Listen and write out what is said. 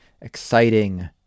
exciting